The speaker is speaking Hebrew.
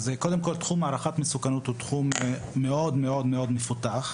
בעולם תחום הערכת מסוכנות הוא תחום מאוד מאוד מפותח.